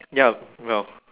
ya well